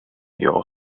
your